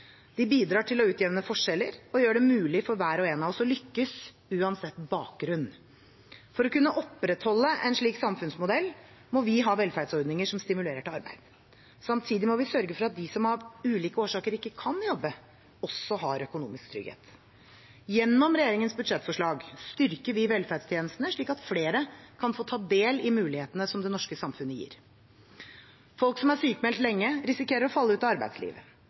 De bidrar til å utjevne forskjeller og gjør det mulig for hver og en av oss å lykkes, uansett bakgrunn. For å kunne opprettholde en slik samfunnsmodell må vi ha velferdsordninger som stimulerer til arbeid. Samtidig må vi sørge for at de som av ulike årsaker ikke kan jobbe, også har økonomisk trygghet. Gjennom regjeringens budsjettforslag styrker vi velferdstjenestene slik at flere kan få ta del i mulighetene det norske samfunnet gir. Folk som er sykmeldt lenge, risikerer å falle ut av arbeidslivet.